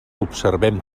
observem